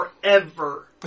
forever